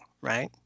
right